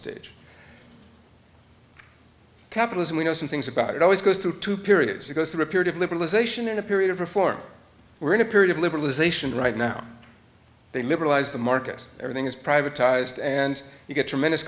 stage capitalism we know some things about it always goes through two periods you go through a period of liberalization and a period of reform we're in a period of liberalization right now they liberalize the market everything is privatized and you get tremendous